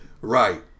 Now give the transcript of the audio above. Right